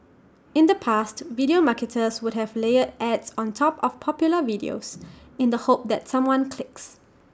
in the past video marketers would have layered ads on top of popular videos in the hope that someone clicks